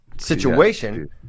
Situation